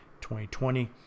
2020